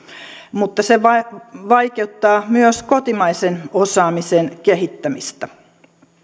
mutta se vaikeuttaa myös kotimaisen osaamisen kehittämistä